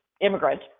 immigrant